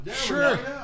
Sure